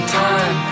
time